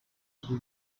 ibi